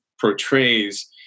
portrays